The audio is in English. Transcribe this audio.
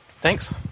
Thanks